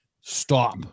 stop